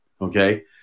Okay